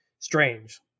Strange